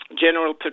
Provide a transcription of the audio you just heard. General